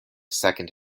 second